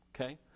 Okay